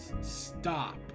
stop